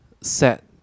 set